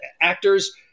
Actors